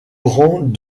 rang